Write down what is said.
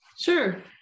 Sure